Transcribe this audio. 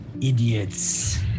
idiots